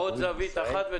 עוד זווית אחת.